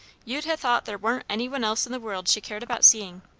you'd ha' thought there warn't any one else in the world she cared about seeing.